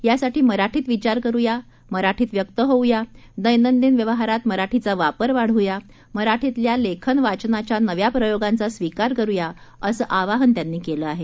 यासाठी मराठीत विचार करुया मराठीत व्यक्त होऊया दैनंदिन व्यवहारात मराठीचा वापर वाढवू या मराठीतीतल्या लेखन वाचनाच्या नव्या प्रयोगांचा स्वीकार करू या असं आवाहन त्यांनी केलं आहे